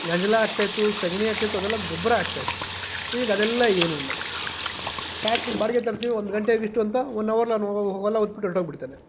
ಗಂಜಲ ಹಾಕ್ತಾಯಿತ್ತು ಸಗಣಿ ಹಾಕ್ತಾಯಿತ್ತು ಅದೆಲ್ಲ ಗೊಬ್ಬರ ಆಗ್ತಾಯಿತ್ತು ಈಗದೆಲ್ಲ ಏನೂ ಇಲ್ಲ ಟ್ಯಾಕ್ಟ್ರ್ ಬಾಡಿಗೆಗೆ ತರ್ತೀವಿ ಒಂದು ಗಂಟೆಗೆ ಇಷ್ಟು ಅಂತ ಒನ್ ಅವರಲ್ಲಿ ಅವನು ಹೊಲ ಹೂತ್ಬಿಟ್ಟು ಹೊರಟೋಗ್ಬಿಡ್ತಾನೆ